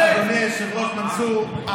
אדוני היושב-ראש מנסור,